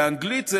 באנגלית זה